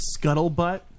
scuttlebutt